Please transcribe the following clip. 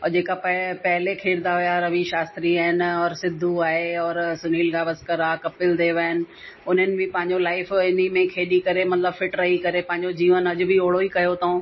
उहो जेका पै पहिले खेॾंदा हुआ रवि शास्त्री आहिनि ऐं सिधू आहे और सुनील गावस्कर आहे कपिल देव आहिनि उन्हनि बि पंहिंजो लाइफ इन में ई खेॾी करे मतिलबु फिट रही करे पंहिंजो जीवन अॼ बि ओणो ई कयूं अथऊं